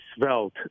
svelte